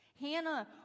Hannah